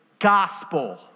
gospel